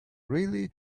really